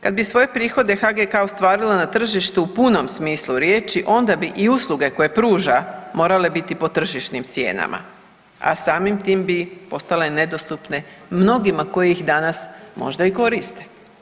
Kad bi svoje prihode HGK ostvarila na tržištu u punom smislu riječi onda bi i usluge koje pruža morale biti po tržišnim cijenama, a samim tim bi postale nedostupne mnogima koji ih danas možda i koriste.